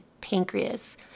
pancreas